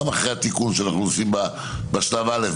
גם אחרי התיקון שאנחנו עושים בשלב א',